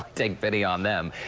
take pity on them.